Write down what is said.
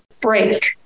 break